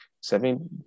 Seven